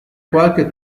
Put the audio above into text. qualche